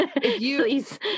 Please